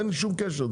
אין שום קשר,